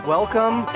Welcome